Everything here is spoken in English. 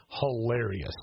hilarious